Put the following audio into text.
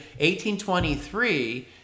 1823